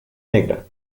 negra